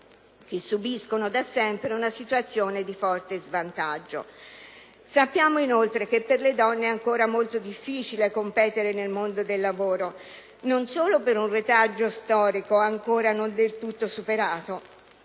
che subiscono, da sempre, una situazione di forte svantaggio. Sappiamo inoltre che per le donne è molto difficile competere nel mondo del lavoro, non solo per un retaggio storico ancora non del tutto superato,